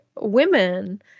women